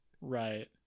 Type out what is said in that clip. right